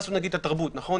הכנסנו את התרבות, נכון?